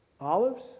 olives